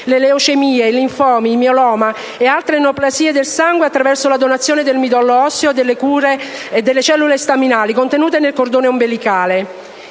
le leucemie, i linfomi, il mieloma e altre neoplasie del sangue attraverso la donazione del midollo osseo e delle cellule staminali contenute nel cordone ombelicale.